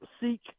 seek